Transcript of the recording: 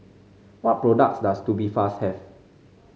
what products does Tubifast have